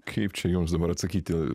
kaip čia jums dabar atsakyti